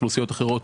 אוכלוסיות אחרות,